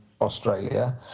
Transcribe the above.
Australia